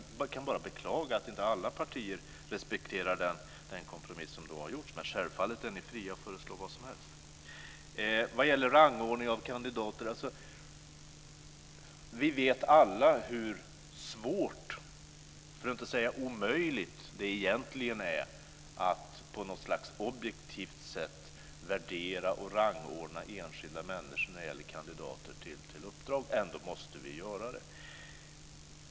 Jag kan bara beklaga att inte alla partier respekterar den kompromiss som gjordes, men självfallet är ni fria att föreslå vad som helst. Vad gäller rangordning av kandidater vet vi alla hur svårt, för att inte säga omöjligt, det egentligen är att på något slags objektivt sätt värdera och rangordna enskilda människor som är kandidater till uppdrag. Ändå måste vi göra det.